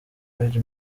page